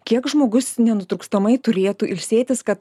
kiek žmogus nenutrūkstamai turėtų ilsėtis kad